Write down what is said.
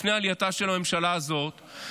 לפני עלייתה של הממשלה הזאת,